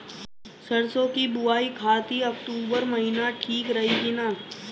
सरसों की बुवाई खाती अक्टूबर महीना ठीक रही की ना?